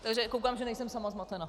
Takže koukám, že nejsem sama zmatena.